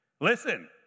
Listen